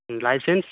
license